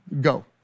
go